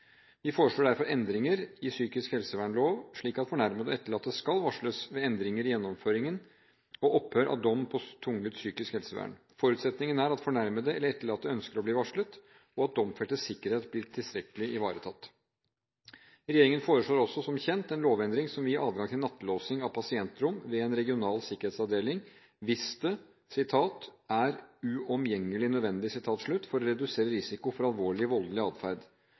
Vi foreslår derfor endringer i psykisk helsevernloven, slik at fornærmede og etterlatte skal varsles ved endringer i gjennomføring og opphør av dom på tvungent psykisk helsevern. Forutsetningen er at fornærmede eller etterlatte ønsker å bli varslet, og at domfeltes sikkerhet blir tilstrekkelig ivaretatt. Regjeringen foreslår også, som kjent, en lovendring som vil gi adgang til nattelåsing av pasientrom ved en regional sikkerhetsavdeling hvis det er «uomgjengelig nødvendig» for å redusere risiko for alvorlig voldelig atferd.